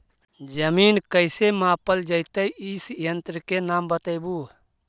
जमीन कैसे मापल जयतय इस यन्त्र के नाम बतयबु?